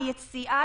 ליציאה,